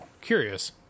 curious